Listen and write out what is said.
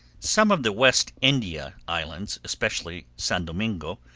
some of the west india islands, especially san domingo,